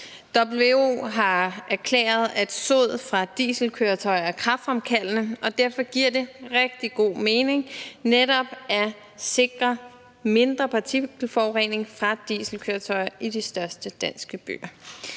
WHO har erklæret, at sod fra dieselkøretøjer er kræftfremkaldende, og derfor giver det rigtig god mening netop at sikre mindre partikelforurening fra dieselkøretøjer i de største danske byer.